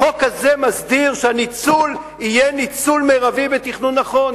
החוק הזה מסדיר שהניצול יהיה ניצול מרבי ותכנון נכון.